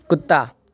कुत्ता